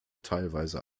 teilweise